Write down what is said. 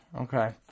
Okay